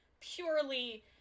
purely